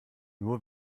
nur